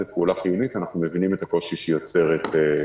להגיד שרח"ל לא במיטבה זה לא נכון כי אף אחד לא בדק אותה.